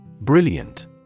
Brilliant